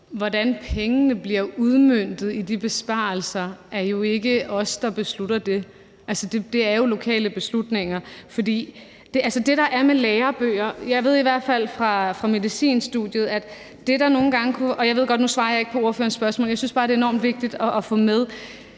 Hvordan pengene bliver udmøntet i de besparelser, er det jo ikke os der beslutter. Altså, det er jo lokale beslutninger. Det, der er med lærebøger – det ved jeg i hvert fald fra medicinstudiet – og jeg ved godt, at jeg nu ikke svarer på spørgerens spørgsmål, men jeg synes bare, det er enormt vigtigt at få det